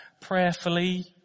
prayerfully